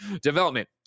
development